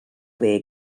their